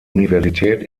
universität